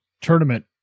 tournament